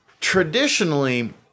Traditionally